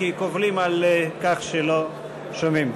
כי קובלים על כך שלא שומעים.